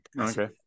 okay